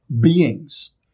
beings